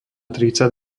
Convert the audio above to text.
tridsať